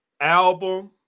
album